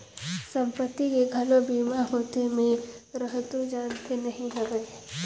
संपत्ति के घलो बीमा होथे? मे हरतो जानते नही रहेव